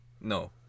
No